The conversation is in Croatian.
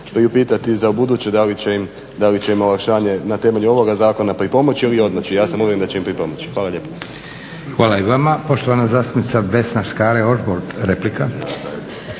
priupitati za ubuduće da li će im olakšanje na temelju ovoga zakona pripomoći ili odmoći. Ja se molim da će im pripomoći. Hvala lijepo. **Leko, Josip (SDP)** Hvala i vama. Poštovana zastupnica Vesna Škare Ožbolt, replika.